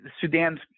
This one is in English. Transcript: Sudan's